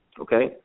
okay